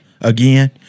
again